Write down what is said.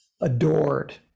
adored